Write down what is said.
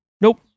nope